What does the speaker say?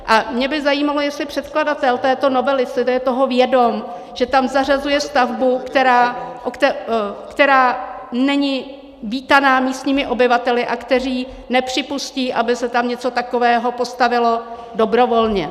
A mě by zajímalo, jestli předkladatel této novely si je toho vědom, že tam zařazuje stavbu, která není vítána místními obyvateli, kteří nepřipustí, aby se tam něco takového postavilo, dobrovolně.